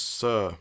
sir